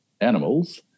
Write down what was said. animals